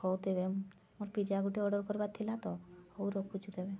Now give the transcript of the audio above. ହଉ ତେବେ ମୋର ପିଜା ଗୋଟେ ଅର୍ଡ଼ର କରବାର୍ ଥିଲା ତ ହଉ ରଖୁଚି ତେବେ